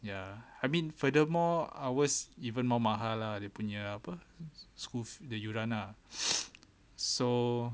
ya I mean furthermore ours even more mahal lah dia punya apa school the yuran lah so